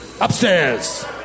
Upstairs